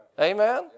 amen